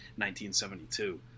1972